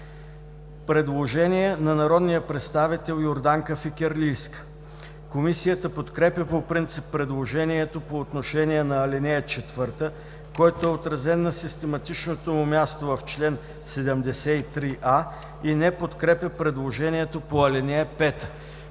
Предложение на народния представител Йорданка Фикирлийска. Комисията подкрепя по принцип предложението по отношение на ал. 4, което е отразено на систематичното му място в чл. 73а, и не подкрепя предложението по ал. 5.